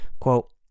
Quote